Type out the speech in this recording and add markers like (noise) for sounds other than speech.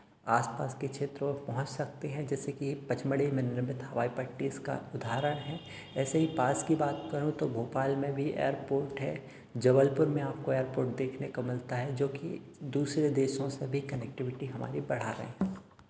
आस पास के क्षेत्रों और पहुँच सकते हैं जैसे कि पंचमढ़ी (unintelligible) हवाईपट्टीस का उधारण है ऐसे ही पास की बात करूँ तो भोपाल में भी एयरपोर्ट है जबलपुर में आपको एयरपोर्ट देखने को मिलता है जो कि जो की दुसरे देशों से भी कनेक्टिविटी हमारी बढ़ा रही है